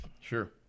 sure